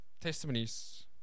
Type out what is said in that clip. testimonies